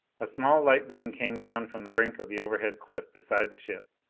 a small light beam came down from the brink of the overhead cliff beside the ship.